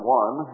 one